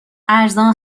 ارزان